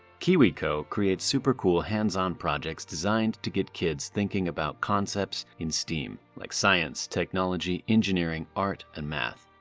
kiwico creates super cool hands-on projects designed to get kids thinking about concepts in steam like science, technology, engineering, art and math.